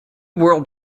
world